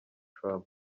trump